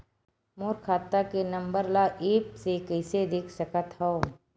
मोर खाता के नंबर ल एप्प से कइसे देख सकत हव?